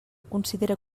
considere